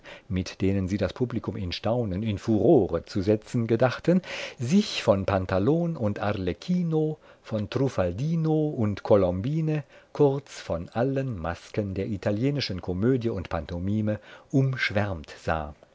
mit denen sie das publikum in staunen in furore zu setzen gedachten sich von pantalon und arlecchino von truffaldino und colombine kurz von allen masken der italienischen komödie und pantomime umschwärmt sah